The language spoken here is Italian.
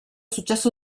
successo